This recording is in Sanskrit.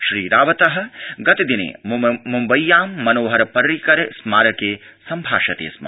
श्रीरावत गत िने मुम्बय्यां मनोहर पर्रिकर स्मारके सम्भाषते स्म